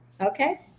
Okay